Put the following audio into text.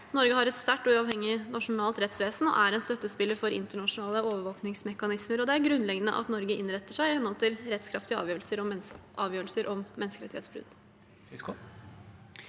Norge har et sterkt og uavhengig nasjonalt rettsvesen og er en støttespiller for internasjonale overvåkningsmekanismer, og det er grunnleggende at Norge innretter seg i henhold til rettskraftige avgjørelser om menneskerettighetsbrudd.